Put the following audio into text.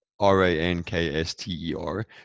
r-a-n-k-s-t-e-r